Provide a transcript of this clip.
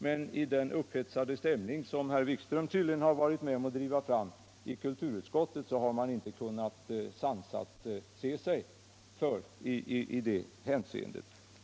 Men i den upphetsade stämning som herr Wikström tydligen varit med om att driva fram i kulturutskottet har man inte sett sig för i detta hänseende.